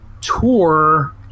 tour